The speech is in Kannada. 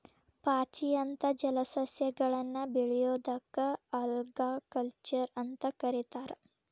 ಪಾಚಿ ಅಂತ ಜಲಸಸ್ಯಗಳನ್ನ ಬೆಳಿಯೋದಕ್ಕ ಆಲ್ಗಾಕಲ್ಚರ್ ಅಂತ ಕರೇತಾರ